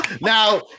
Now